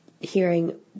hearing